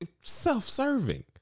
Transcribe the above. self-serving